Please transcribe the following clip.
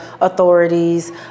authorities